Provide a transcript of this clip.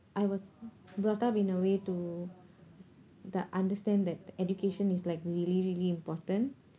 I was brought up in a way to the understand that education is like really really important